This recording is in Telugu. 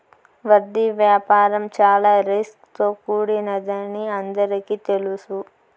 వడ్డీ వ్యాపారం చాలా రిస్క్ తో కూడినదని అందరికీ తెలుసు